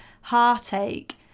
heartache